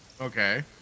okay